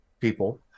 people